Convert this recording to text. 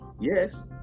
Yes